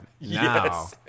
now